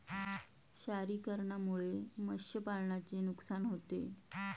क्षारीकरणामुळे मत्स्यपालनाचे नुकसान होते